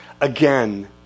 again